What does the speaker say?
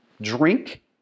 drink